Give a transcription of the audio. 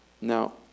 Now